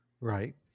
Right